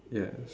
yes